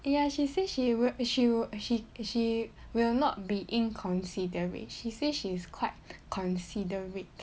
ya she say she will she will she she will not be inconsiderate she say she is quite considerate